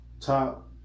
Top